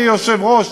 תהיה היושב-ראש